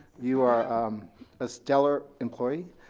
you are a stellar employee,